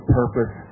purpose